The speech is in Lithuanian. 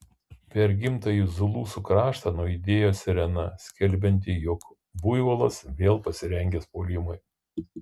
per gimtąjį zulusų kraštą nuaidėjo sirena skelbianti jog buivolas vėl pasirengęs puolimui